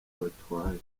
batwaye